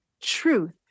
truth